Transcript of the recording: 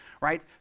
right